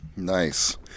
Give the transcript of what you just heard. Nice